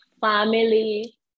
family